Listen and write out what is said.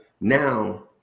now